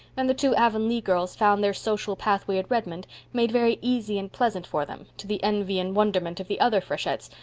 and the two avonlea girls found their social pathway at redmond made very easy and pleasant for them, to the envy and wonderment of the other freshettes,